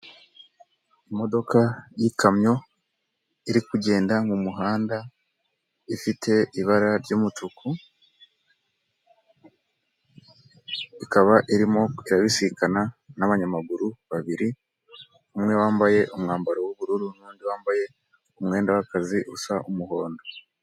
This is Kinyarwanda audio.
Imodoka y'ikamyo iri kugenda mu muhanda ifite ibara ry'umutuku, ikaba irimo irabisikana n'abanyamaguru babiri, umwe wambaye umwambaro w'ubururu n'undi wambaye umwenda w'akazi usa umuhondo.